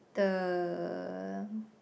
the